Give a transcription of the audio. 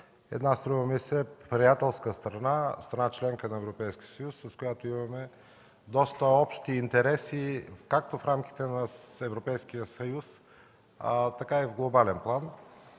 една, струва ми се, приятелска страна, страна – членка на Европейския съюз, с която имаме доста общи интереси както в рамките на Европейския съюз, така и в глобален план.